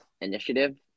initiative